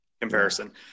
Comparison